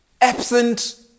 absent